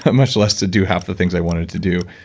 but much less to do half the things i wanted to do.